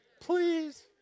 Please